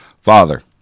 Father